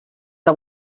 que